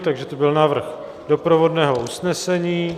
Takže to byl návrh doprovodného usnesení.